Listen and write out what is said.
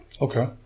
Okay